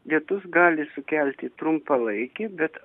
lietus gali sukelti trumpalaikį bet